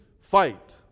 fight